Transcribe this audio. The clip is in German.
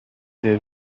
der